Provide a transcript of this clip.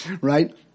Right